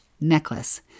necklace